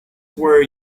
where